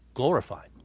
glorified